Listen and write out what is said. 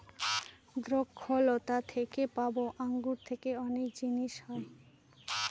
দ্রক্ষলতা থেকে পাবো আঙ্গুর থেকে অনেক জিনিস হয়